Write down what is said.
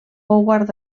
howard